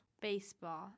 Baseball